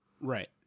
Right